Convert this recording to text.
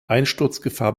einsturzgefahr